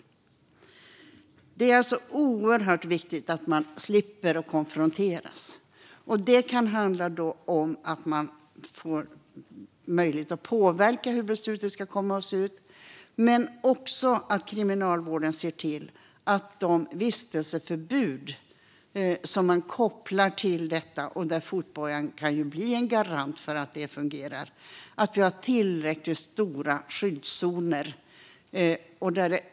Det är alltså oerhört viktigt att man slipper konfronteras med sin förövare. Det kan handla om att man får möjlighet att påverka hur beslutet ska komma att se ut. Kriminalvården måste också se till att de vistelseförbud som kopplas till detta - och fotbojan kan bli en garant för att det fungerar - gäller tillräckligt stora skyddszoner.